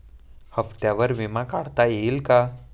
हप्त्यांवर विमा काढता येईल का?